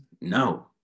No